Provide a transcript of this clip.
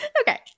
okay